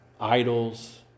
Idols